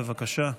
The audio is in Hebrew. בבקשה.